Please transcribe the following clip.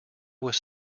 was